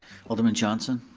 alderman johnson?